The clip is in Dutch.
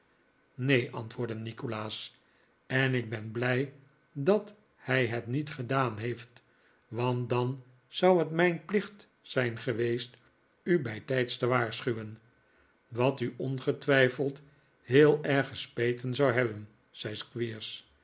neen antwoordde nikolaas en ik ben blij dat hij het niet gedaan heeft want dan zou het mijn plicht zijn geweest u bijtijds te waarschuwen wat u ongetwijfeld heel erg gespeten zou hebben zei